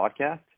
Podcast